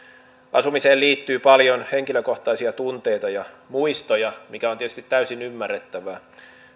asumiseen liittyy paljon henkilökohtaisia tunteita ja muistoja mikä on tietysti täysin ymmärrettävää